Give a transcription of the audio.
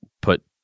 put